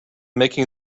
making